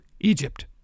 Egypt